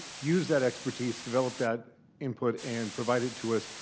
use that expertise, develop that input, and provided to us,